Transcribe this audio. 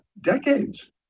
decades